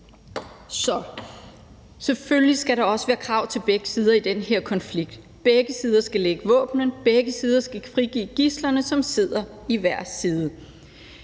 Selvfølgelig skal der være krav til begge sider i den her konflikt. Begge sider skal lægge våbnene. Begge sider skal frigive gidslerne, som sidder på hver side.